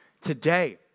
Today